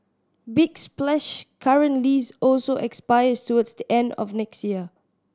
big Splash's current lease also expires towards the end of next year